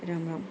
Ram Ram